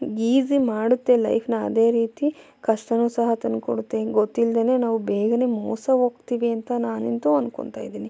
easy ಮಾಡುತ್ತೆ ಲೈಫ್ನ ಅದೇ ರೀತಿ ಕಷ್ಟವೂ ಸಹ ತಂದ್ಕೊಡುತ್ತೆ ಹಿಂಗೆ ಗೊತ್ತಿಲ್ಲದೇನೆ ನಾವು ಬೇಗನೇ ಮೋಸ ಹೋಗ್ತೀವಿ ಅಂತ ನಾನಂತೂ ಅಂದ್ಕೊಳ್ತಾಯಿದ್ದೀನಿ